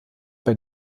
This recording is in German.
bei